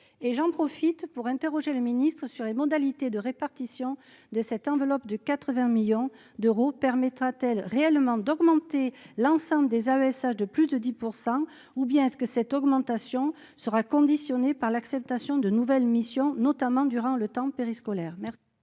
et j'en profite pour interroger le ministre-sur les modalités de répartition de cette enveloppe de 80 millions d'euros permettra-t-elle réellement d'augmenter l'enceinte des ASH de plus de 10 % ou bien est-ce que cette augmentation sera conditionnée par l'acceptation de nouvelles missions, notamment durant le temps périscolaire